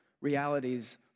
realities